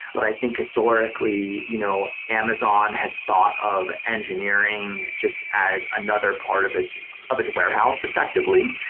but i think historically you know amazon has thought of engineering just as another part of its of its warehouse effectively.